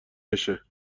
بشه